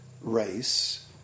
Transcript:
race